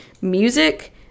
music